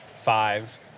five